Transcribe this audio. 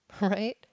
Right